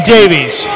Davies